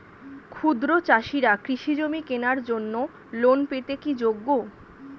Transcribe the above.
ক্ষুদ্র চাষিরা কৃষিজমি কেনার জন্য লোন পেতে কি যোগ্য?